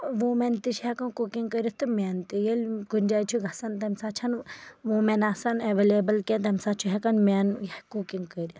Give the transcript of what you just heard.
women تہِ چھِ ہٮ۪کان کُکِنٛگ کٔرِتھ تہٕ میٚن تہِ ییٚلہِ کُنہِ جایہِ چھِ گژھان تمہِ ساتہٕ چھےٚ نہٕ وُمیٚن آسان ایٚویٚلیٚبٔل کیٚنٛہہ تَمہِ ساتہٕ چھِ ہٮ۪کان میٚن کُکِنٛگ کٔرِتھ